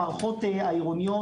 במערכות העירוניות,